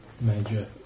major